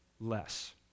less